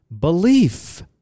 belief